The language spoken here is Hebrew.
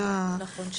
נכון.